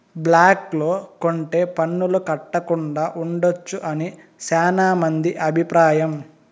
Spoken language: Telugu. బ్లాక్ లో కొంటె పన్నులు కట్టకుండా ఉండొచ్చు అని శ్యానా మంది అభిప్రాయం